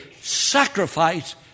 sacrifice